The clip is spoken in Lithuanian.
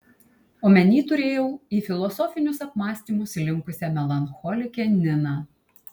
omeny turėjau į filosofinius apmąstymus linkusią melancholikę niną